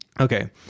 Okay